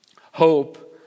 hope